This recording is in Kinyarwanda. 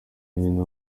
hino